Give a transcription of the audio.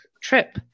trip